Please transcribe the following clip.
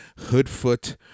Hoodfoot